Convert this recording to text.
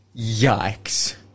Yikes